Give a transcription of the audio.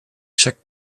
chaque